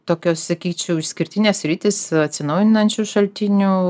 tokios sakyčiau išskirtinės sritys atsinaujinančių šaltinių